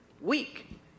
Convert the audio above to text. week